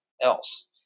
else